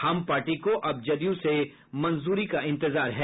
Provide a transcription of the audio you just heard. हम पार्टी को अब जदयू से मंजूरी का इंतजार है